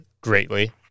greatly